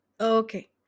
Okay